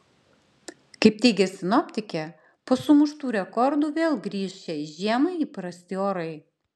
kaip teigia sinoptikė po sumuštų rekordų vėl grįš šiai žiemai įprasti orai